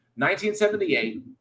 1978